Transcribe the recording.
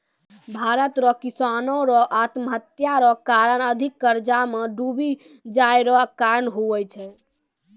भारत रो किसानो रो आत्महत्या रो कारण अधिक कर्जा मे डुबी जाय रो कारण हुवै छै